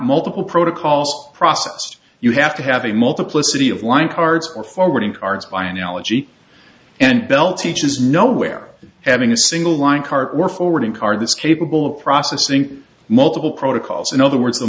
multiple protocols processed you have to have a multiplicity of line cards or forwarding cards by analogy and bell teachers know where having a single line card or forwarding card this capable of processing multiple protocols in other words the